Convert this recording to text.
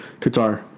Qatar